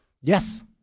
Yes